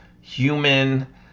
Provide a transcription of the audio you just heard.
human